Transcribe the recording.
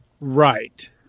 Right